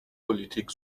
politik